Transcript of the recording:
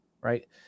right